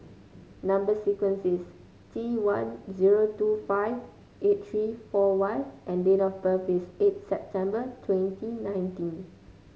number sequence is T one zero two five eight three four Y and date of birth is eight September twenty nineteen